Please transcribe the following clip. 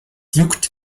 juckt